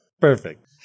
Perfect